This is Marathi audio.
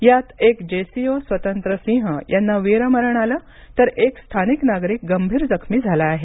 यात एक जेसीओ स्वतंत्र सिंह यांना वीरमरण आलं तर एक स्थानिक नागरिक गंभीर जखमी झाला आहे